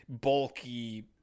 bulky